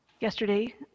Yesterday